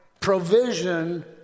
provision